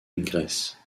ingres